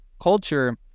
culture